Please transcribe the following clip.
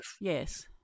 Yes